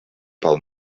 pel